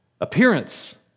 appearance